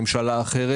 ממשלה אחרת,